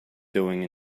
doing